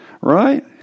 right